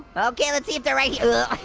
okay, let's see if they're right